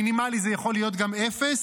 מינימלי זה יכול להיות גם אפס,